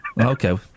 Okay